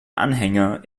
anhänger